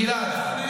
גלעד.